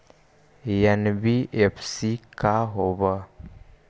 NBFC का होब?